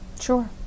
Sure